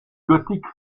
gothique